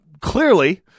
clearly